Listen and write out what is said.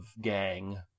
gang